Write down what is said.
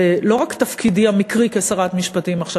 ולא רק תפקידי המקרי כשרת משפטים עכשיו